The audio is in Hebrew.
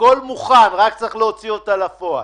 הכול מוכן, רק צריך להוציא את זה לפועל.